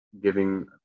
giving